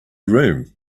room